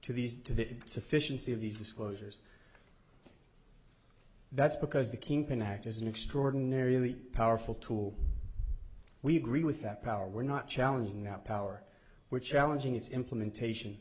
to these to the sufficiency of these disclosures that's because the kingpin act is an extraordinary really powerful tool we agree with that power we're not challenging that power we're challenging its implementation